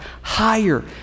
higher